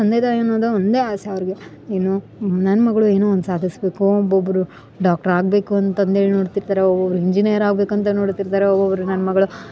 ತಂದೆ ತಾಯಿ ಅನ್ನೋದು ಒಂದೆ ಆಸೆ ಅವರಿಗೆ ಏನು ನನ್ನ ಮಗಳು ಏನೋ ಒಂದು ಸಾಧಿಸ್ಬೇಕು ಒಬ್ಬೊಬ್ಬರು ಡಾಕ್ಟರ್ ಆಗಬೇಕು ಅಂತ ಅಂದೇಳಿ ನೋಡ್ತಿರ್ತಾರ ಒಬ್ಬೊಬ್ಬರು ಇಂಜಿನೇಯರ್ ಆಗಬೇಕು ಅಂತ ನೋಡ್ತಿರ್ತಾರೆ ಒಬ್ಬೊಬ್ಬರು ನನ್ನ ಮಗಳು